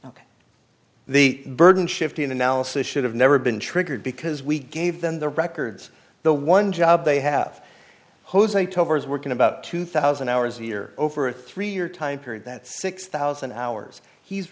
ok the burden shifting analysis should have never been triggered because we gave them the records the one job they have jose to work in about two thousand hours a year over a three year time period that six thousand hours he's